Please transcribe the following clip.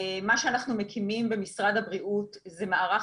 מה שאנחנו מקימים במשרד הבריאות זה מערך